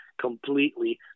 completely